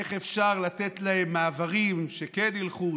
איך אפשר לתת להן מעברים שכן ילכו,